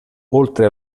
oltre